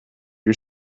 you